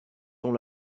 sont